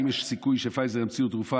האם יש סיכוי שפייזר ימציאו תרופה